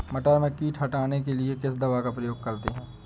मटर में कीट हटाने के लिए किस दवा का प्रयोग करते हैं?